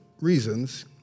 reasons